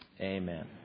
Amen